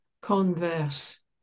Converse